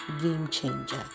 game-changer